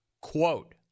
Quote